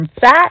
fat